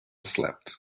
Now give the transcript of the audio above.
slept